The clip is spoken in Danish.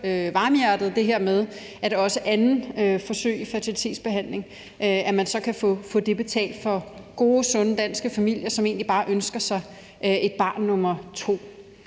varmhjertet det her med, at man også kan få andet forsøg i fertilitetsbehandling betalt i gode, sunde danske familier, som egentlig bare ønsker sig et barn nummer to.